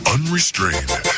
Unrestrained